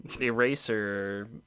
eraser